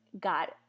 got